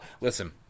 Listen